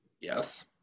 Yes